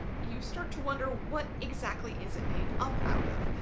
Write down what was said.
you start to wonder what exactly is it made up out of.